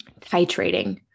titrating